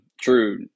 true